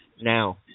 now